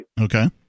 Okay